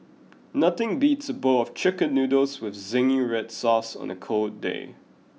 nothing beats a bowl of chicken noodles with zingy red sauce on a cold day